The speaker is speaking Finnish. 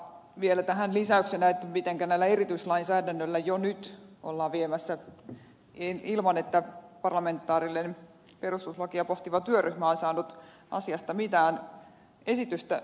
vielä tähän lisäyksenä että näillä erityislainsäädännöillä jo nyt ollaan viemässä presidentin valtaoikeuksia ilman että parlamentaarinen perustuslakia pohtiva työryhmä on saanut asiasta mitään esitystä